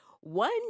One